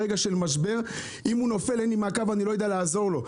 ברגע של משבר אם הוא נופל אין לי מעקב אחריו ואני לא יודע לעזור לו.